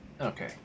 Okay